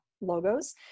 logos